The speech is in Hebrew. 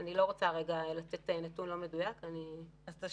זה קצת יותר --- לא.